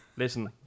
Listen